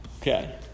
Okay